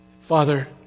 Father